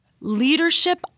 leadership